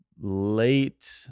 late